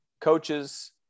coaches